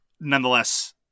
nonetheless